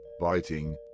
biting